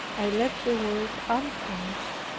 i left the word unfinished,